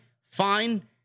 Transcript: Fine